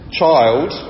child